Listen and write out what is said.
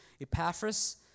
Epaphras